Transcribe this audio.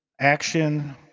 action